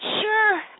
sure